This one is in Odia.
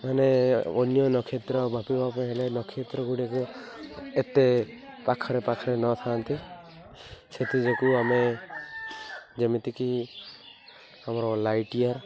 ମାନେ ଅନ୍ୟ ନକ୍ଷତ୍ର ମାପିବାକୁ ହେଲେ ନକ୍ଷତ୍ରଗୁଡ଼ିକୁ ଏତେ ପାଖରେ ପାଖରେ ନଥାଆନ୍ତି ସେଥିଯୋଗୁଁ ଆମେ ଯେମିତିକି ଆମର ଲାଇଟର